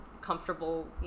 comfortable